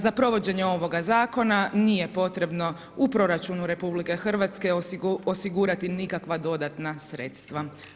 Za provođenje ovoga zakona nije potrebno u proračunu RH osigurati nikakva dodatna sredstva.